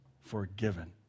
forgiven